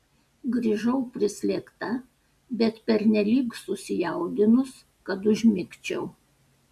grįžau prislėgta bet pernelyg susijaudinus kad užmigčiau